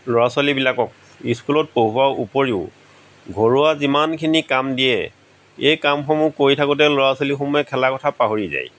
ল'ৰা ছোৱালীবিলাকক স্কুলত পঢ়োৱাৰ উপৰিও ঘৰুৱা যিমানখিনি কাম দিয়ে এই কামসমূহ কৰি থাকোতে ল'ৰা ছোৱালীসমূহে খেলা কথা পাহৰি যায়